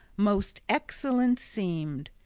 most excellent seemed.